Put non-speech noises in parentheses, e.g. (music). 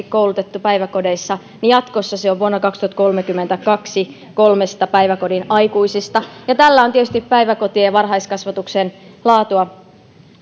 (unintelligible) koulutettu päiväkodeissa niin jatkossa on vuonna kaksituhattakolmekymmentä kaksi kolmesta päiväkodin aikuisesta ja tällä on tietysti päiväkotien ja varhaiskasvatuksen laatua